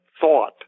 thought